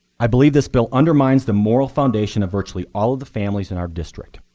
i believe this bill undermines the moral foundation of virtually all of the families in our district.